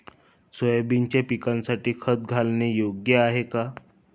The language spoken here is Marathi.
सोयाबीनच्या पिकासाठी खत घालणे योग्य आहे का?